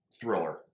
thriller